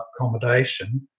accommodation